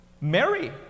Mary